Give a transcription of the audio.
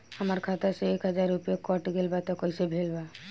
हमार खाता से एक हजार रुपया कट गेल बा त कइसे भेल बा?